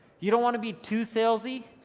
you don't wanna be too salesy,